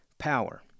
power